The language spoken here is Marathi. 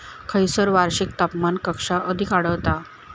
खैयसर वार्षिक तापमान कक्षा अधिक आढळता?